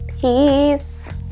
Peace